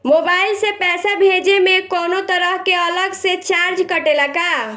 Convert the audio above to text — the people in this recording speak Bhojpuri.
मोबाइल से पैसा भेजे मे कौनों तरह के अलग से चार्ज कटेला का?